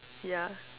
ya